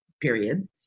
period